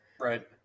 Right